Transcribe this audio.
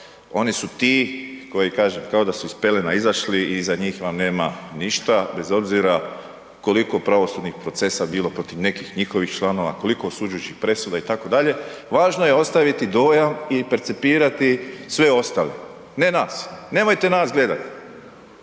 oni su ti koji kažem, kao da su iz pelena izašli i iza njih vam nema ništa bez obzira koliko pravosudnih procesa bilo protiv nekih njihovih članova, koliko osuđujućih presuda itd., važno je ostaviti dojam i percipirati sve ostale. Ne nas, nemojte nas gledati,